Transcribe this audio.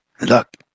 Look